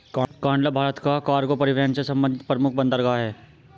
कांडला भारत का कार्गो परिवहन से संबंधित प्रमुख बंदरगाह है